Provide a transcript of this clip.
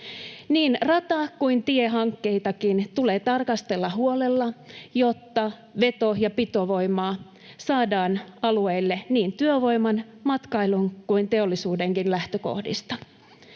Niin rata- kuin tiehankkeitakin tulee tarkastella huolella, jotta veto- ja pitovoimaa saadaan alueelle niin työvoiman, matkailun kuin teollisuudenkin lähtökohdista.